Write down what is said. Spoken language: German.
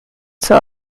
zur